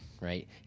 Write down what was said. right